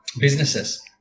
businesses